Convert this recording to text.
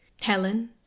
Helen